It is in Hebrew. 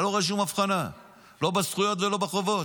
אני לא רואה שום הבחנה לא בזכויות ולא בחובות.